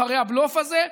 אחרי הבלוף הזה.